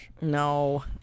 No